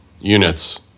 units